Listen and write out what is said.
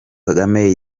kagame